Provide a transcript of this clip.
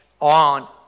on